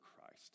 christ